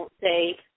say